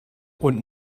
und